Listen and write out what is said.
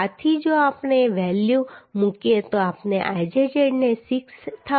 આથી જો આપણે વેલ્યુ મૂકીએ તો આપણે Izz ને 6362